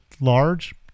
large